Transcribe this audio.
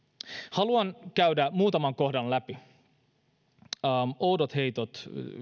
haluan käydä muutaman kohdan läpi kun oudot heitot